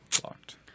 Blocked